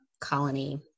colony